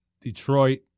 Detroit